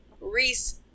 Reese